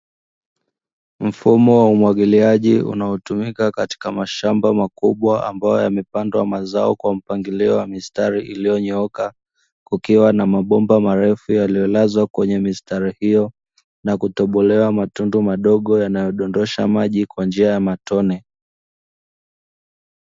Mfumo wa umwagiliaji unaotumika katika mashamba makubwa ambayo yamepandwa mazao kwa mpangilio wa mistari iliyonyooka, kukiwa na mabomba marefu yaliyolazwa kwenye mistari hiyo na kutobolewa matundu madogo yanayodondosha maji kwa njia ya matone.